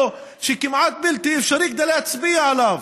כמעט בלתי אפשרי כדי להצביע עליו?